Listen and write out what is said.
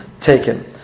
taken